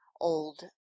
old